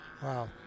Wow